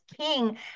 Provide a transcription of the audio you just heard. king